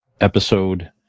episode